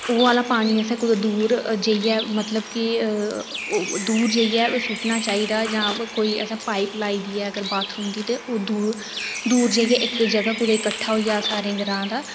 ओह् आह्ला पानी असें कुदै दूर जाइयै सु'ट्टना चाहिदा जां कोई असें पाईप लाई दी ऐ ते ओह् दूर जाइयै कट्ठा होई जा सारें ग्रांऽ दा